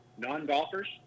non-golfers